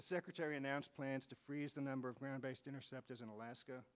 the secretary announced plans to freeze the number of ground based interceptors in alaska